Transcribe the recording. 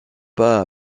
pas